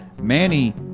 Manny